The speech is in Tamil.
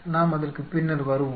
நாம் அதற்கு பின்னர் வருவோம்